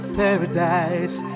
paradise